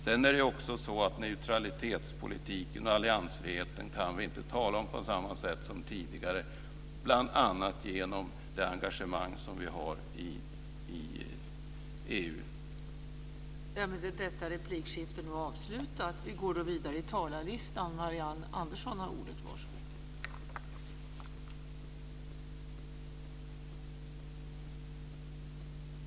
Sedan är det också så att vi inte kan tala om neutralitetspolitiken och alliansfriheten på samma sätt som tidigare, bl.a. genom det engagemang som vi har i EU.